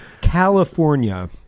California